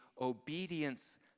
obedience